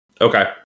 Okay